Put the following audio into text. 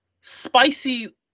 spicy